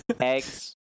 eggs